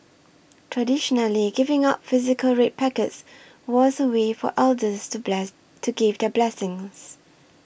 traditionally giving out physical red packets was a way for elders to bless to give their blessings